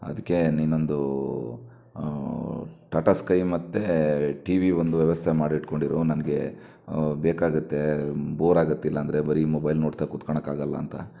ಅದಕ್ಕೆ ನೀನೊಂದು Tata Sky ಮತ್ತು ಟಿವಿ ಒಂದು ವ್ಯವಸ್ಥೆ ಮಾಡಿಟ್ಟುಕೊಂಡಿರು ನನಗೆ ಬೇಕಾಗುತ್ತೆ ಬೋರ್ ಆಗತ್ತೆ ಇಲ್ಲಾಂದರೆ ಬರೀ ಮೊಬೈಲ್ ನೋಡ್ತಾ ಕೂತ್ಕಳಕ್ ಆಗೋಲ್ಲ ಅಂತ